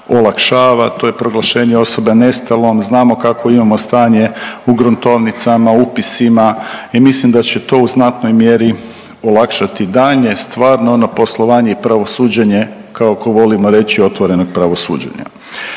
to je proglašenje osobe nestalom, znamo kakvo imamo stanje u gruntovnicama, u upisima i mislim da će to u znatnoj mjeri olakšati daljnje stvarno ono poslovanje i pravosuđenje kao ko volimo reći otvorenog pravosuđenja.